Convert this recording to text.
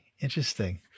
Interesting